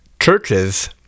churches